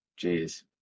Jeez